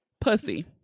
pussy